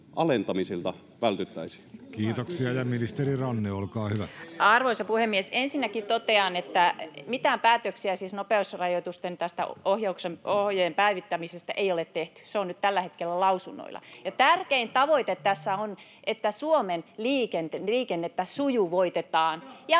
alentamisilta vältyttäisiin? Kiitoksia. — Ministeri Ranne, olkaa hyvä. Arvoisa puhemies! Ensinnäkin totean, että siis mitään päätöksiä tästä nopeusrajoitusten ohjeen päivittämisestä ei ole tehty, se on nyt tällä hetkellä lausunnoilla. Tärkein tavoite tässä on, että Suomen liikennettä sujuvoitetaan ja